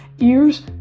ears